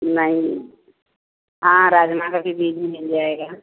नहीं हाँ राजमा का भी बीज मिल जाएगा